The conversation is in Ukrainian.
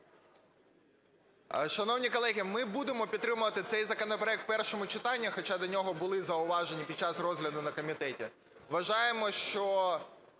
Шановні колеги, ми будемо підтримувати цей законопроект в першому читанні, хоча до нього були зауваження під час розгляду на комітеті. Вважаємо, що